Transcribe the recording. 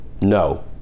no